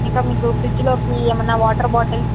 ఇంకా మీకు ఫ్రిడ్జ్ లోకి ఏమన్నా వాటర్ బాటిల్స్